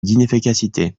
d’inefficacité